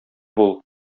бул